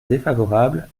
défavorable